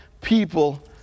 people